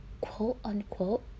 Quote-unquote